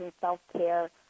self-care